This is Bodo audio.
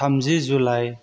थामजि जुलाइ